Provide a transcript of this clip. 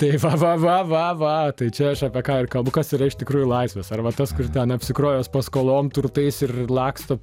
tai va va va va va tai čia aš apie ką ir kalbu kas yra iš tikrųjų laisvas ar va tas kur ten apsikrovęs paskolom turtais ir laksto